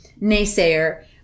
naysayer